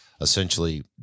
essentially